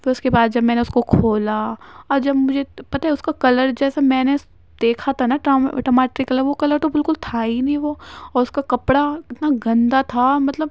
پھر اس کے بعد جب میں نے اس کو کھولا اور جب مجھے پتا ہے اس کا کلر جیسا میں نے دیکھا تھا نا ٹماٹری کلر وہ کلر تو بالکل تھا ہی نہیں وہ اور اس کا کپڑا اتنا گندہ تھا مطلب